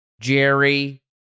Jerry